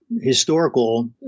historical